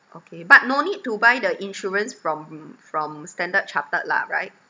okay but no need to buy the insurance from from standard chartered lah right